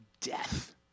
Death